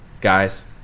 guys